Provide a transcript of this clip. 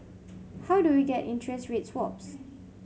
how do we get interest rate swaps